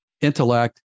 intellect